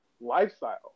lifestyle